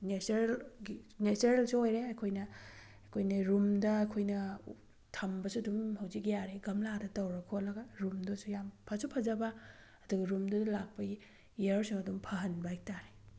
ꯅꯦꯆꯔꯜꯒꯤ ꯅꯦꯆꯔꯦꯜꯁꯨ ꯑꯣꯏꯔꯦ ꯑꯩꯈꯣꯏꯅ ꯔꯨꯝꯗ ꯑꯩꯈꯣꯏꯅ ꯊꯝꯕꯁꯨ ꯑꯗꯨꯝ ꯍꯧꯖꯤꯛ ꯌꯥꯔꯦ ꯒꯝꯂꯥꯗ ꯇꯧꯔ ꯈꯣꯠꯂꯒ ꯔꯨꯝꯗꯨꯁꯨ ꯌꯥꯝꯅ ꯐꯁꯨ ꯐꯖꯕ ꯑꯗꯨꯒ ꯔꯨꯝꯗꯨꯗ ꯂꯥꯛꯄ ꯏꯌꯥꯔꯁꯨ ꯑꯗꯨꯝ ꯐꯍꯟꯕ ꯍꯥꯏꯇꯥꯔꯦ